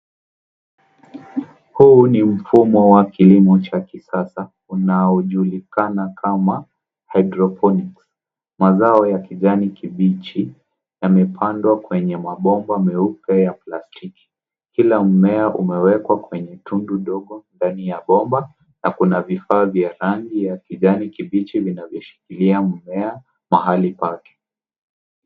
Huu ni mfumo wa kilimo cha kisasa unaojulikana kama hydroponics . Mazao ya kijani kibichi yamepandwa kwenye mabomba meupe ya plastiki. Kila mmea umewekwa kwenye tundu ndogo ndani ya bomba na kuna vifaa vya rangi ya kijani kibichi vinavyoshikilia mmea mahali pake.